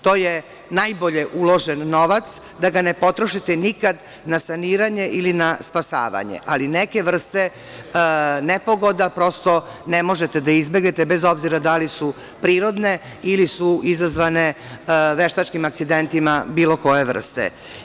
To je najbolje uložen novac da ga ne potrošite nikad na saniranje ili na spasavanje, ali neke vrste nepogoda prosto ne možete da izbegnete bez obzira da li su prirodne ili su izazvane veštačkim acidentima bilo koje vrste.